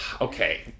okay